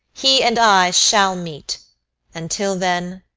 he and i shall meet and till then,